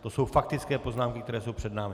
To jsou faktické poznámky, které jsou před námi.